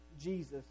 Jesus